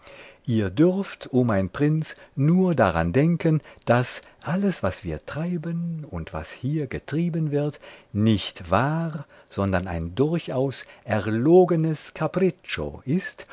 ihr dürft o mein prinz nur daran denken daß alles was wir treiben und was hier getrieben wird nicht wahr sondern ein durchaus erlogenes capriccio ist